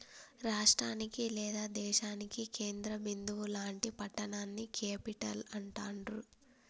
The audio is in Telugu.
రాష్టానికి లేదా దేశానికి కేంద్ర బిందువు లాంటి పట్టణాన్ని క్యేపిటల్ అంటాండ్రు